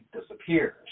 disappears